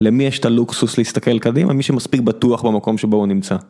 למי יש את הלוקסוס להסתכל קדימה? מי שמספיק בטוח במקום שבו הוא נמצא.